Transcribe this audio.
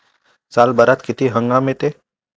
सालभरात किती हंगाम येते?